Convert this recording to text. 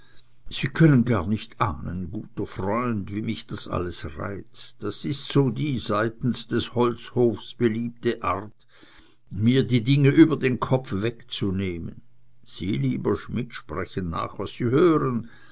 sie können gar nicht ahnen freund wie mich das alles reizt das ist so die seitens des holzhofs beliebte art mir die dinge über den kopf wegzunehmen sie lieber schmidt sprechen nach was sie hören